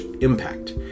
impact